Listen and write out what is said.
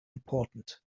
important